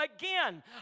again